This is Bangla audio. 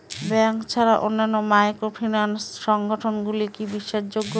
ব্যাংক ছাড়া অন্যান্য মাইক্রোফিন্যান্স সংগঠন গুলি কি বিশ্বাসযোগ্য?